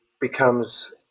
becomes